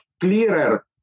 clearer